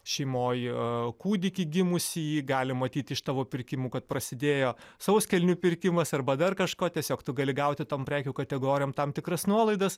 šeimoj kūdikį gimusį jį gali matyt iš tavo pirkimų kad prasidėjo sauskelnių pirkimas arba dar kažko tiesiog tu gali gauti tom prekių kategorijom tam tikras nuolaidas